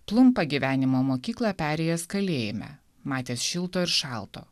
plumpa gyvenimo mokyklą perėjęs kalėjime matęs šilto ir šalto